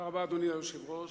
אדוני היושב-ראש,